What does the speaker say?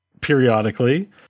periodically